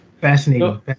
Fascinating